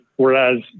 Whereas